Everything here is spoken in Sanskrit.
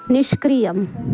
निष्क्रियम्